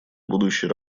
будущей